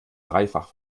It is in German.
dreifach